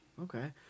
Okay